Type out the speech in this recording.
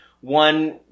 one